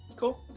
cool.